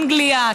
אנגליה,